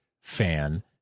fan